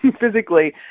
physically